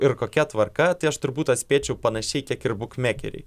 ir kokia tvarka tai aš turbūt atspėčiau panašiai kiek ir bukmekeriai